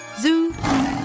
Zoo